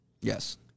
Yes